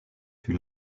fut